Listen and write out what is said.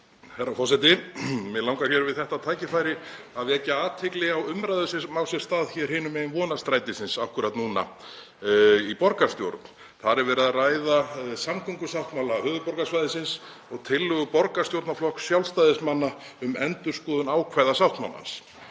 Herra forseti. Mig langar við þetta tækifæri að vekja athygli á umræðu sem á sér stað hér hinum megin Vonarstrætisins akkúrat núna í borgarstjórn. Þar er verið að ræða samgöngusáttmála höfuðborgarsvæðisins og tillögu borgarstjórnarflokks Sjálfstæðismanna um endurskoðun ákvæða sáttmálans.